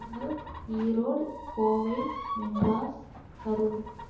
Namakkal Erode Kovai Madras Karur